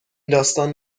داستان